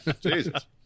Jesus